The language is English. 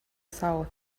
south